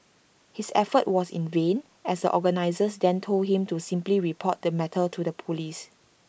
his effort was in vain as organisers then told him to simply report the matter to the Police